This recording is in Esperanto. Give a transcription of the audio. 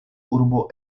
urbo